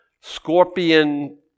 scorpion